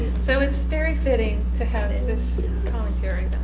so it's very fitting. to have this commentary.